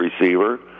receiver